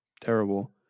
terrible